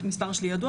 המספר שלי ידוע.